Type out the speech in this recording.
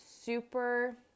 super